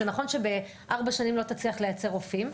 זה נכון שבארבע שנים לא תצליח לייצר רופאים.